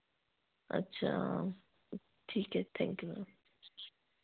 अच्छा ठीक है थैंक यू